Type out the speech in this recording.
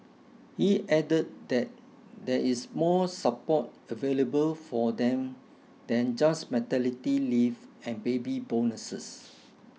he added that there is more support available for them than just maternity leave and baby bonuses